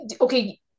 okay